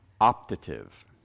optative